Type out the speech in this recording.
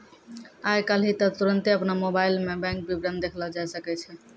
आइ काल्हि त तुरन्ते अपनो मोबाइलो मे बैंक विबरण देखलो जाय सकै छै